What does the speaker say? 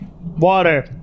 Water